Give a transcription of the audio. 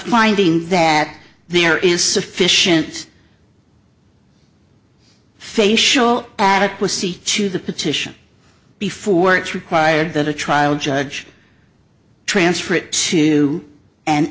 finding that there is sufficient facial adequacy to the petition before it's required that a trial judge transfer it to an